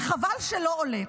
וחבל שלא עולה.